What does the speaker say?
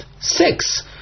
six